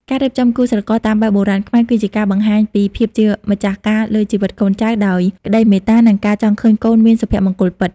ការរៀបចំគូស្រករតាមបែបបុរាណខ្មែរ គឺជាការបង្ហាញពី "ភាពជាម្ចាស់ការលើជីវិតកូនចៅ" ដោយក្តីមេត្តា និងការចង់ឃើញកូនមានសុភមង្គលពិត។